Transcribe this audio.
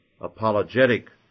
apologetic